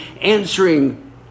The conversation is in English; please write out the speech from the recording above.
answering